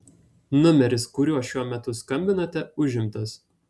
numeris kuriuo šiuo metu skambinate užimtas